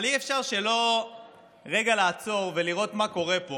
אבל אי-אפשר שלא לעצור רגע ולראות מה קורה פה